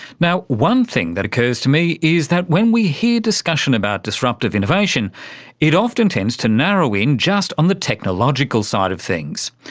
now, one thing that occurs to me is that when we hear discussion about disruptive innovation it often tends to narrow in just on the technological side of things,